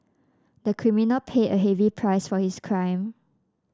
the criminal paid a heavy price for his crime